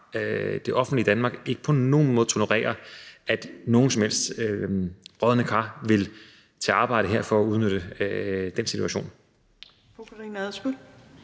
det offentlige Danmark ikke på nogen måde tolererer, at nogen som helst brodne kar vil tage arbejde her for at udnytte den situation.